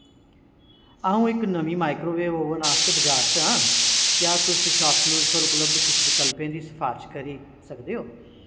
अ'ऊं इक नमीं माइक्रोवेव ओवन आस्तै बजार च आं क्या तुस शापक्लूज पर उपलब्ध किश विकल्पें दी सफारश करी सकदे ओ